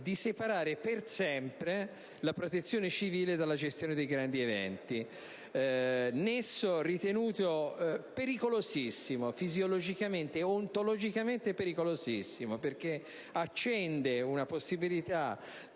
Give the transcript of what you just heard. di separare per sempre la Protezione civile dalla gestione dei grandi eventi. Tale nesso è ritenuto fisiologicamente ed ontologicamente pericolosissimo, perché accende una possibilità